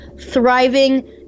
thriving